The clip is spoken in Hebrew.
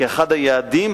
כאחד היעדים,